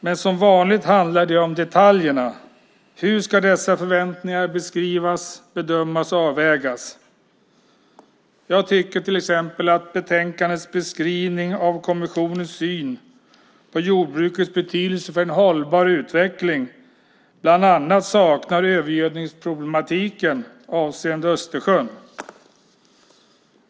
Men som vanligt handlar det om detaljerna - hur dessa förväntningar ska beskrivas, bedömas och avvägas. Jag tycker till exempel att beskrivningen i betänkandet av kommissionens syn på jordbrukets betydelse för en hållbar utveckling bland annat saknar övergödningsproblematiken avseende Östersjön.